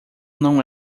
não